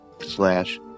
slash